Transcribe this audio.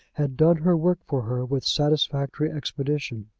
had done her work for her with satisfactory expedition.